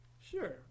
Sure